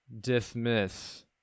dismiss